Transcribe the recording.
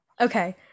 okay